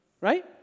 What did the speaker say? Right